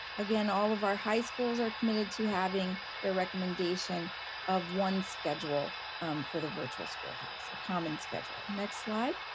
again, all of our high schools are committed to having their recommendation of one schedule for the virtual schoolhouse, a common schedule. next slide.